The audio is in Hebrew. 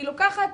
היא לוקחת